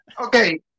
Okay